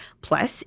Plus